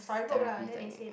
therapy technique